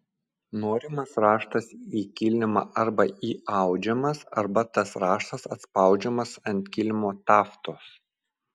norimas raštas į kilimą arba įaudžiamas arba tas raštas atspaudžiamas ant kilimo taftos